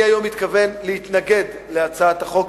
היום אני מתכוון להתנגד להצעת החוק,